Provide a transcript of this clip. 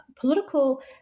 political